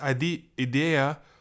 idea